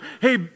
hey